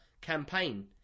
campaign